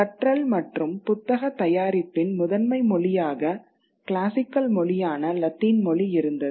கற்றல் மற்றும் புத்தகத் தயாரிப்பின் முதன்மை மொழியாக கிளாசிக்கல் மொழியான லத்தீன் மொழி இருந்தது